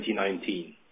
2019